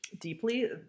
deeply